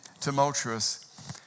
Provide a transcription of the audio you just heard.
tumultuous